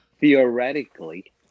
Theoretically